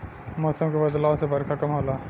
मौसम के बदलाव से बरखा कम होला